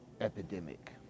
epidemic